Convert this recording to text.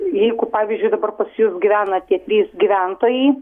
jeigu pavyzdžiui dabar pas jus gyvena tie trys gyventojai